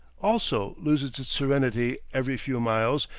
also, loses its serenity every few miles,